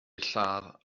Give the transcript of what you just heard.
lladd